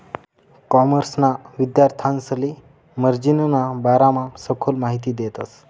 कॉमर्सना विद्यार्थांसले मार्जिनना बारामा सखोल माहिती देतस